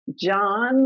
John